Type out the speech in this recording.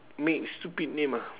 make stupid name ah